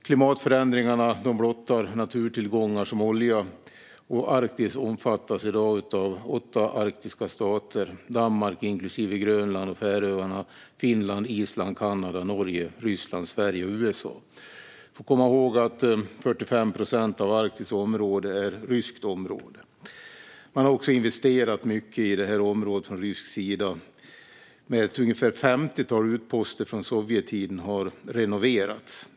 Klimatförändringen blottar naturtillgångar som olja, och Arktis omfattas i dag av åtta arktiska stater: Danmark inklusive Grönland och Färöarna, Finland, Island, Kanada, Norge, Ryssland, Sverige och USA. Man får komma ihåg att 45 procent av Arktis område är ryskt område. Man har också investerat mycket i det här området från rysk sida. Ungefär ett femtiotal utposter från Sovjettiden har renoverats.